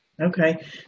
okay